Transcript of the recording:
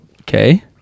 okay